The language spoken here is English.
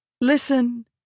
listen